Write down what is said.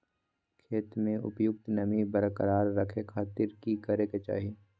खेत में उपयुक्त नमी बरकरार रखे खातिर की करे के चाही?